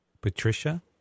Patricia